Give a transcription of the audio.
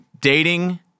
dating